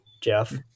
jeff